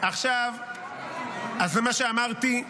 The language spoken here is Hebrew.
עכשיו, זה מה שאמרתי,